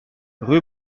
rue